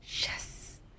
Yes